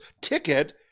ticket